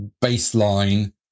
baseline